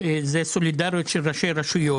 סולידריות של ראשי רשויות.